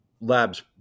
labs